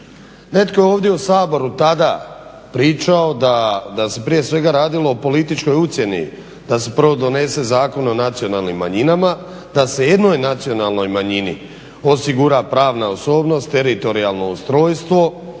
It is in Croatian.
netko je ovdje u Saboru tada pričao da se prije svega radilo o političkoj ucjeni da se prvo donese Zakon o nacionalnim manjinama, da se jednoj nacionalnoj manjini osigura pravna osobnost, teritorijalno ustrojstvo